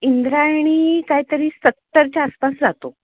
इंद्रायणी काहीतरी सत्तरच्या आसपास जातो